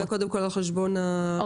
זה קודם כל על חשבון ההוצאות.